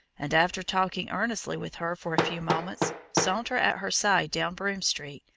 and after talking earnestly with her for a few moments, saunter at her side down broome street,